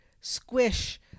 squish